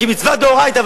כי מצווה מדאורייתא,